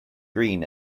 green